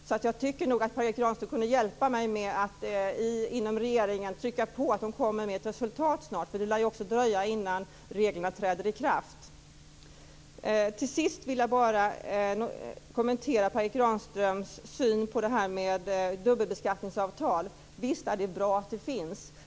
Så jag tycker nog att Per Erik Granström kunde hjälpa mig med att trycka på hos regeringen så att de kommer med ett resultat snart. Det lär ju också dröja innan reglerna träder i kraft. Till sist vill jag bara kommentera Per Erik Granströms syn på det här med dubbelbeskattningsavtalen. Visst är det bra att de finns.